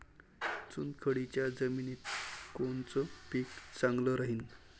चुनखडीच्या जमिनीत कोनचं पीक चांगलं राहीन?